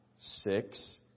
six